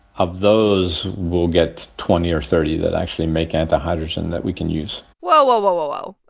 of those, we'll get twenty or thirty that actually make antihydrogen that we can use whoa, whoa, whoa, whoa, whoa.